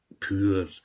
Poor